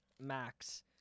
max